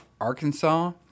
Arkansas